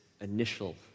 initial